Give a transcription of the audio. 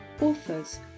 authors